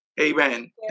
Amen